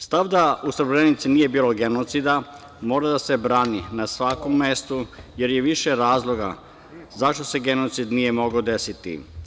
Stav da u Srebrenici nije bilo genocida mora da se brani na svakom mestu jer je više razloga zašto se genocid nije mogao desiti.